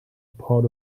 part